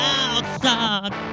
outside